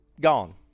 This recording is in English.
gone